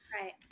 right